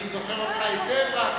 אני זוכר אותך היטב.